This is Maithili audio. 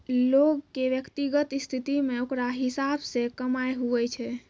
लोग के व्यक्तिगत स्थिति मे ओकरा हिसाब से कमाय हुवै छै